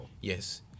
yes